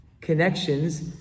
connections